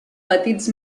petits